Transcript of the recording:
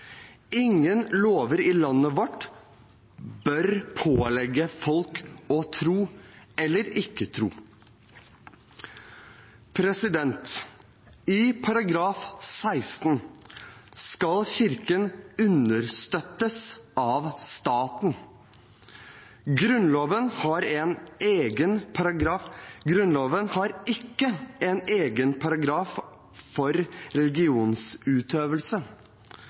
Ingen lover i landet vårt bør pålegge folk å tro eller ikke tro. Ifølge § 16 skal Kirken understøttes av staten. Grunnloven har ikke en egen paragraf for religionsutøvelse. SV foreslår at § 16 skal bli den første egne paragrafen for religionsutøvelse